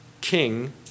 king